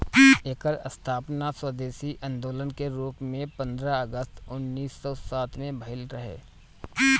एकर स्थापना स्वदेशी आन्दोलन के रूप में पन्द्रह अगस्त उन्नीस सौ सात में भइल रहे